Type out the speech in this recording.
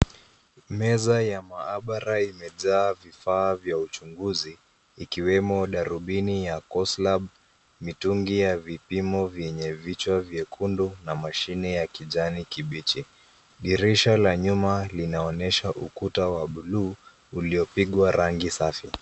Meza ya maabara imejaa vifaa vya uchunguzi ikiwemo darubini ya coslab ,mitungi ya vipimo vyenye vichwa vyekundu na mashini ya kijani kibichi, dirisha la nyuma linaonyesha ukuta wa buluu uliopigwa rangi safi.